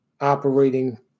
operating